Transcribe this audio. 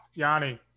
Yanni